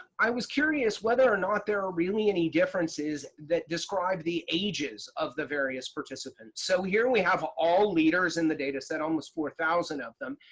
i was curious whether or not there are really any differences that describe the ages of the various participants. so here we have all leaders in the data set. almost four thousand of them.